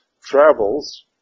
travels